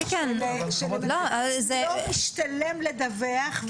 לא משתלם לדווח.